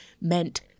meant